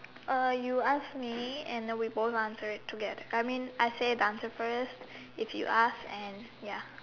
you ask me and we both answer it together I mean I say the answer first if you ask and ya